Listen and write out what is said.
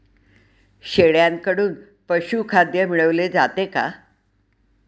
शेळ्यांकडून पशुखाद्य मिळवले जाते का?